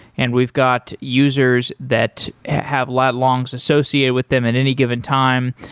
and we've got users that have lat longs associated with them at any given time,